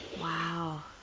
Wow